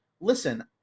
listen